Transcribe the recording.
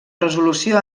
resolució